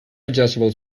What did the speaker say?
adjustable